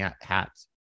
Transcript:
hats